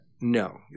No